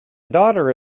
daughter